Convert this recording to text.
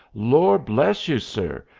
lor' bless you, sir,